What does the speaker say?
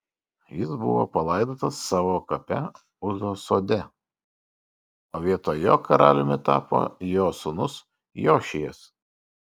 jis buvo palaidotas savo kape uzos sode o vietoj jo karaliumi tapo jo sūnus jošijas